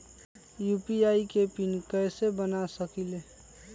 UPI के PIN कैसे बना सकीले?